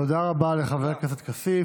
תודה רבה לך, חבר הכנסת כסיף.